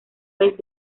vez